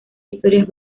historias